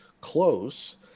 close